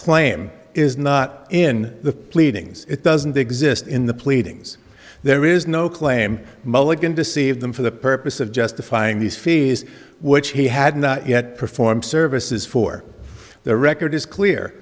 claim is not in the pleadings it doesn't exist in the pleadings there is no claim mulligan deceived them for the purpose of justifying these fees which he had not yet perform services for the record is clear